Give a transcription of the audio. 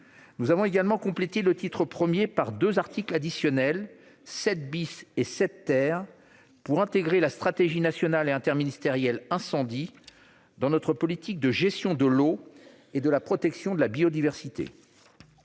Nous avons également complété le titre I par deux articles additionnels- les articles 7 et 7 -pour intégrer la stratégie nationale et interministérielle de lutte contre les incendies dans notre politique de gestion de l'eau et de protection de la biodiversité.